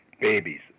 babies